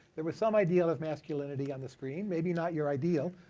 there was some ideal of masculinity on the screen, maybe not your ideal.